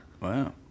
Wow